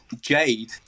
Jade